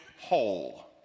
whole